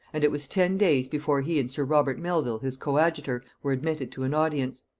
and it was ten days before he and sir robert melvil his coadjutor were admitted to an audience.